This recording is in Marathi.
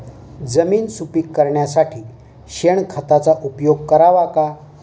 जमीन सुपीक करण्यासाठी शेणखताचा उपयोग करावा का?